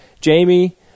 Jamie